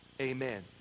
Amen